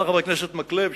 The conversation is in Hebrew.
אמר חבר הכנסת מקלב,